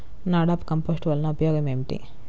NADEP compost వలన ఉపయోగం ఏమిటి?